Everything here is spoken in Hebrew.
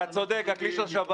אתה צודק, הכלי של השב"כ.